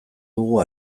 dugu